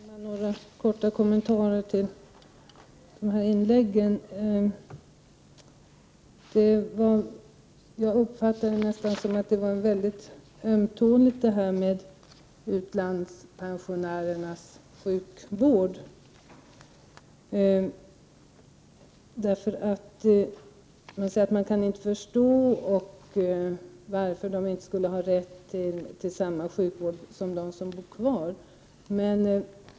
Herr talman! Några korta kommentarer till de senaste inläggen. Jag uppfattade det nästan som om detta med utlandspensionärernas sjukvård var väldigt ömtåligt. Man säger att man inte kan förstå varför dessa inte skall ha samma rätt till sjukvård som de som bor kvar i landet.